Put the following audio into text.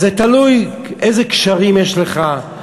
זה תלוי איזה קשרים יש לך.